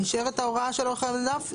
נשארת ההוראה של אורך חיי מדף.